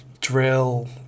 drill